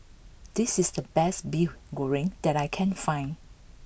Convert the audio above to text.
this is the best Mee Goreng that I can't find